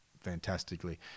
fantastically